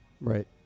Right